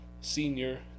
Senior